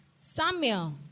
Samuel